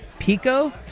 Pico